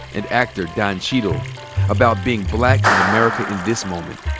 and actor don cheadle about being black in america in this moment.